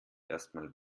erstmal